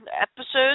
episodes